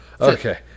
Okay